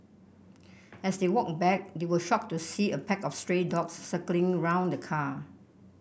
as they walked back they were shocked to see a pack of stray dogs circling around the car